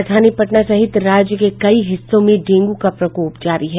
राजधानी पटना सहित राज्य के कई हिस्सों में डेंगू का प्रकोप जारी है